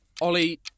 ollie